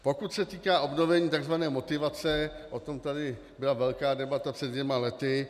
Pokud se týká obnovení tzv. motivace, o tom tady byla velká debata před dvěma lety.